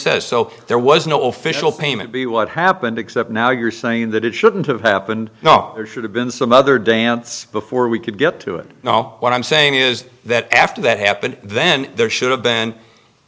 says so there was no official payment be what happened except now you're saying that it shouldn't have happened no there should have been some other dance before we could get to it now what i'm saying is that after that happened then there should have been